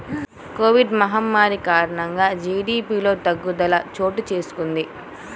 Covid మహమ్మారి కారణంగా జీడీపిలో తగ్గుదల చోటుచేసుకొంది